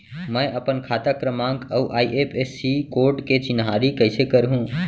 मैं अपन खाता क्रमाँक अऊ आई.एफ.एस.सी कोड के चिन्हारी कइसे करहूँ?